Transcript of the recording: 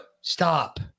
stop